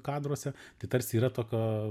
kadruose tai tarsi yra tokio